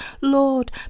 Lord